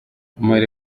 umubiri